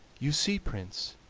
you see, prince,